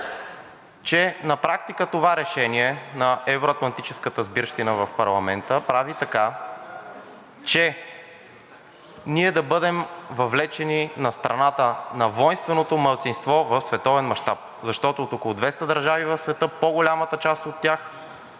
че на практика това решение на евро-атлантическата сбирщина в парламента прави така, че ние да бъдем въвлечени на страната на войнственото малцинство в световен мащаб, защото от около 200 държави в света, по-голямата част от тях